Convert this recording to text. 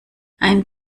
ein